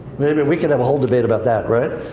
maybe? we can have a whole debate about that, right.